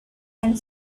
and